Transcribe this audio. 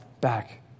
back